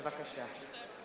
בבקשה.